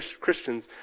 Christians